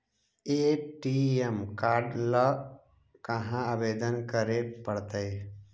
ATM card ल कहा आवेदन करे पड़तै?